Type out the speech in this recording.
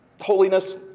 holiness